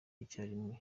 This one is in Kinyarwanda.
icyarimwe